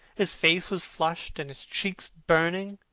his face was flushed and his cheeks burning.